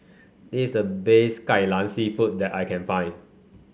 this the best Kai Lan seafood that I can find